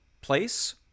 place